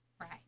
Right